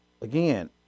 again